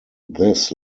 this